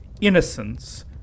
innocence